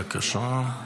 בבקשה.